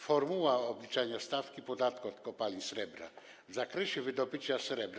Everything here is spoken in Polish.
Formuła obliczania stawki podatku od kopalin srebra w zakresie wydobycia srebra.